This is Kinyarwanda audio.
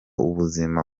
ubuzima